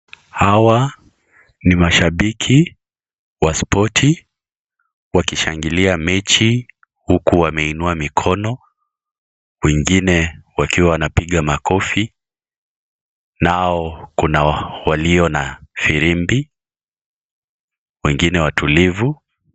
Hawa ni mashabiki wa spoti wakishangilia mechi uku wameinua mikono, wengine wakiwa wanapiga makofi nao kuna walio na firimbi, wengine watulivu